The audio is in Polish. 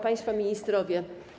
Państwo Ministrowie!